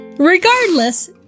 Regardless